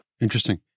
Interesting